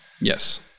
Yes